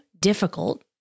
difficult